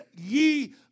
Ye